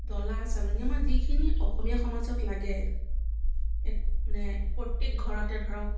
ডলা চালনী আমাৰ যিখিনি অসমীয়া সমাজত লাগে মানে প্ৰত্য়েক ঘৰতে ধৰক